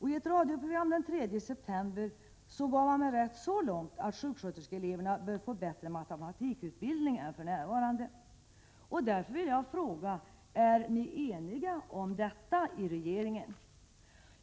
I ett radioprogram den 3 september gav utbildningsministern mig rätt på den punkten att sjuksköterskeeleverna bör få bättre matematikutbildning än de för närvarande får. Därför vill jag fråga: Är ni eniga om detta i regeringen?